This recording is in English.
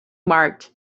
marked